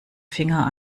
finger